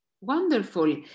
Wonderful